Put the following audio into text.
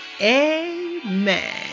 amen